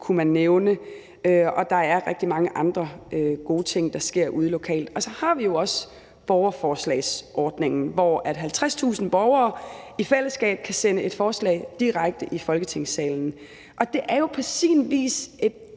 kunne man nævne, og der er rigtig mange andre gode ting, der sker ude lokalt. Så har vi jo også borgerforslagsordningen, hvor 50.000 borgere i fællesskab kan sende et forslag direkte i Folketingssalen. Det er jo på sin vis et